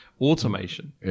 automation